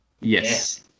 Yes